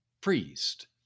priest